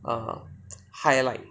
um um highlight